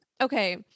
okay